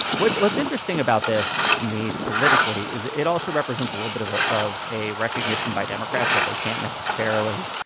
what's what's interesting about this to me politically is it also represents a little bit of ah of a recognition by democrats that they can't necessarily,